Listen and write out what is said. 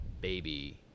baby